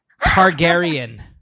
Targaryen